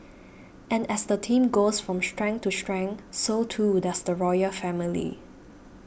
and as the team goes from strength to strength so too does the royal family